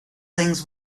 things